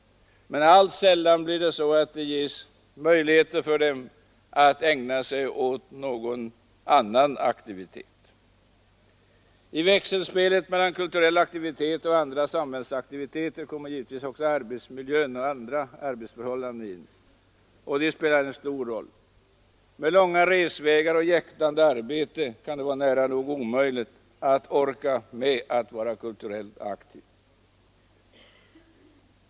Man bör ge dem möjligheter att ägna sig åt någon annan aktivitet. I växelspelet mellan kulturell aktivitet och andra samhällsaktiviteter kommer givetvis också arbetsmiljön och andra arbetsförhållanden in. De spelar stor roll. Med långa resvägar och jäktande arbete kan det vara nära nog omöjligt att orka med att vara kulturellt aktiv.